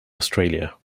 australia